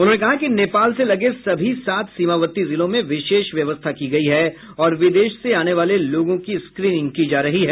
उन्होंने कहा कि नेपाल से लगे सभी सात सीमावर्ती जिलों में विशेष व्यवस्था की गयी है और विदेश से आने वाले लोगों की स्क्रीनिंग की जा रही है